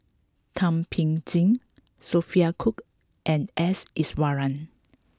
Thum Ping Tjin Sophia Cooke and S Iswaran